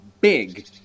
big